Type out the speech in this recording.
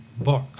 book